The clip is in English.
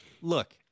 look